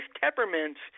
temperaments